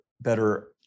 better